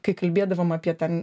kai kalbėdavom apie ten